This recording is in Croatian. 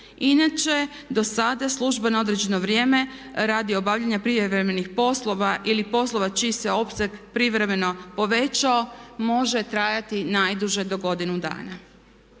Inače do sada službeno određeno vrijeme radi obavljanja prijevremenih poslova ili poslova čiji se opseg privremeno povećao može trajati najduže do godinu dana.